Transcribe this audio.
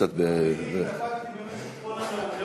קצת, תאמין לי, התאפקתי במשך כל הנאום.